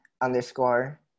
underscore